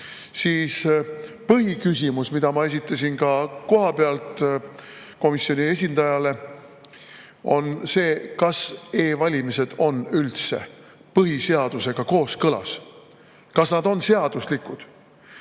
siis põhiküsimus, mille ma esitasin ka kohapealt komisjoni esindajale, on see: kas e‑valimised on üldse põhiseadusega kooskõlas, kas nad on seaduslikud? Ma